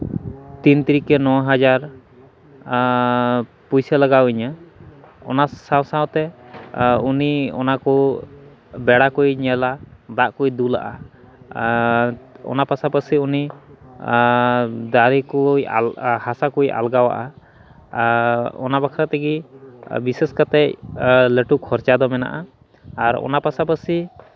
ᱛᱤᱱ ᱛᱨᱤᱠᱮ ᱱᱚ ᱦᱟᱡᱟᱨ ᱯᱚᱭᱥᱟ ᱞᱟᱜᱟᱣ ᱤᱧᱟᱹ ᱚᱱᱟ ᱥᱟᱶ ᱥᱟᱶᱛᱮ ᱩᱱᱤ ᱚᱱᱟ ᱠᱚ ᱵᱮᱲᱟ ᱠᱚᱭ ᱧᱮᱞᱟ ᱫᱟᱜ ᱠᱚᱭ ᱫᱩᱞᱟᱜᱼᱟ ᱟᱨ ᱚᱱᱟ ᱯᱟᱥᱟᱯᱟᱥᱤ ᱩᱱᱤ ᱫᱟᱨᱮ ᱠᱚᱭ ᱦᱟᱥᱟ ᱠᱚᱭ ᱟᱞᱜᱟᱣᱟᱜᱼᱟ ᱟᱨ ᱚᱱᱟ ᱵᱟᱠᱷᱨᱟ ᱛᱮᱜᱮ ᱵᱤᱥᱮᱥᱮ ᱠᱟᱛᱮᱫ ᱞᱟᱹᱴᱩ ᱠᱷᱚᱨᱪᱟ ᱫᱚ ᱢᱮᱱᱟᱜᱼᱟ ᱟᱨ ᱚᱱᱟ ᱯᱟᱥᱟᱯᱟᱥᱤ